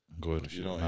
Good